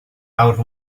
awr